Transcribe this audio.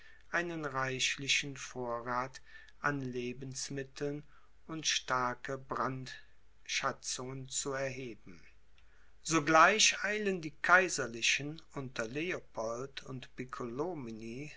einen reichlichen vorrath an lebensmitteln und starke brandschatzungen zu erheben sogleich eilen die kaiserlichen unter leopold und